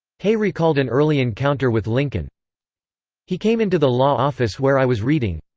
hay recalled an early encounter with lincoln he came into the law office where i was reading.